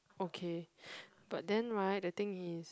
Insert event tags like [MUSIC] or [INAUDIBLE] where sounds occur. okay [LAUGHS] but then right the thing is